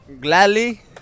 Gladly